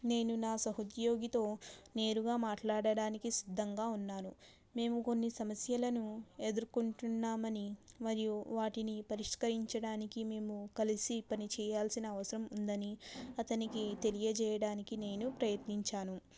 నేను నా సహ ఉద్యోగితో నేరుగా మాట్లాడడానికి సిద్ధంగా ఉన్నాను మేము కొన్ని సమస్యలను ఎదుర్కుంటున్నామని మరియు వాటిని పరిష్కరించడానికి మేము కలిసి పని చేయాల్సిన అవసరం ఉందని అతనికి తెలియజేయడానికి నేను ప్రయత్నించాను